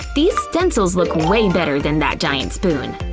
these stencils look way better than that giant spoon.